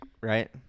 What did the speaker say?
Right